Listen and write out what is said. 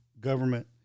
government